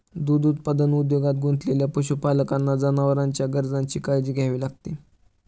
दूध उत्पादन उद्योगात गुंतलेल्या पशुपालकांना जनावरांच्या गरजांची काळजी घ्यावी लागते